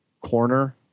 corner